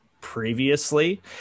previously